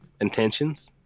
intentions